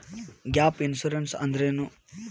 Gap insurance ಅಂದ್ರೇನು?